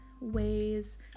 ways